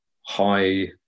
high